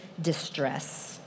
distress